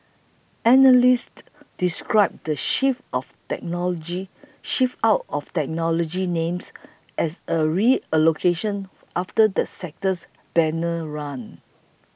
analysts described the shift of technology shift out of technology names as a reallocation after the sector's banner run